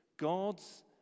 God's